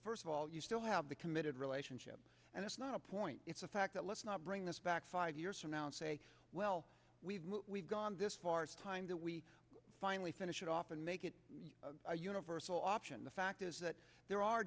first of all you still have the committed relationship and that's not a point it's a fact that let's not bring this back five years from now and say well we've gone this far it's time that we finally finish it off and make it universal option the fact is that there are